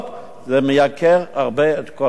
זה מייקר הרבה את כל הסיפור.